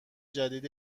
جدید